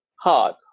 hard